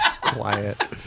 Quiet